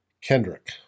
Kendrick